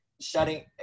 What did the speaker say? shutting